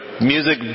music